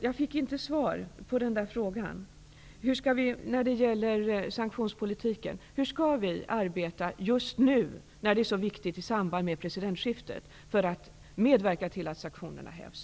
Jag fick inte svar på min fråga om sanktionspolitiken: Hur skall vi arbeta just nu -- det är viktigt i samband med presidentskiftet -- för att medverka till att sanktionerna hävs?